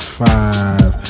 five